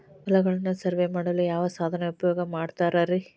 ಹೊಲಗಳನ್ನು ಸರ್ವೇ ಮಾಡಲು ಯಾವ ಸಾಧನ ಉಪಯೋಗ ಮಾಡ್ತಾರ ರಿ?